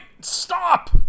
stop